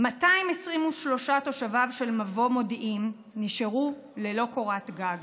223 תושביו של מבוא מודיעים נשארו ללא קורת גג,